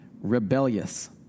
rebellious